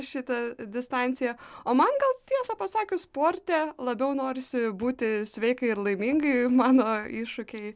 šitą distanciją o man gal tiesą pasakius sporte labiau norisi būti sveikai ir laimingai mano iššūkiai